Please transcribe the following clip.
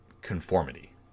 conformity